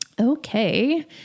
Okay